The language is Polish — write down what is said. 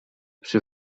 przy